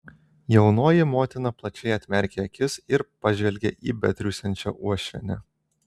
jaunoji motina plačiai atmerkė akis ir pažvelgė į betriūsiančią uošvienę